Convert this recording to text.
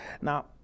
Now